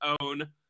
own